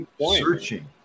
searching